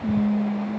mm